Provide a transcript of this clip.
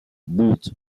both